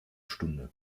stunde